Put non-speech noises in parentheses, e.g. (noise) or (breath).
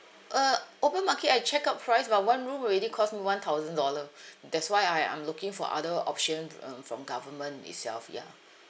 uh open market I check out price but one room already cost me one thousand dollar (breath) that's why I I'm looking for other option um from government itself ya